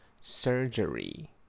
surgery